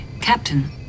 Captain